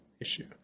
issue